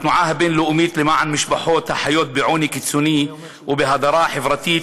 התנועה הבין-לאומית למען משפחות החיות בעוני קיצוני ובהדרה חברתית,